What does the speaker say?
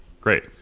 great